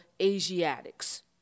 Asiatics